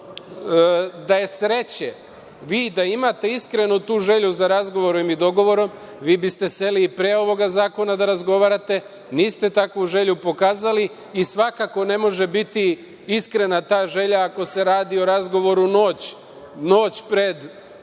da je sreće, vi da imate iskreno tu želju za razgovorom i dogovorom vi bi ste seli i pre ovoga zakona da razgovarate. Niste takvu želju pokazali i svakako ne može biti iskrena ta želja ako se radi o razgovoru noć pred